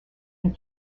and